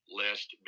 lest